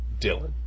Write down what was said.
Dylan